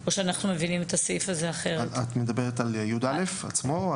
או שאנחנו מבינים את הסעיף הזה אחרת --- את מדברת על סעיף יא' עצמו?